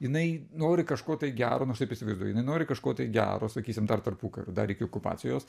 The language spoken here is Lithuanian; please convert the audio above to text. jinai nori kažko gero nu aš taip įsivaizduojujinai nori kažko gero sakysim dar tarpukariu dar iki okupacijos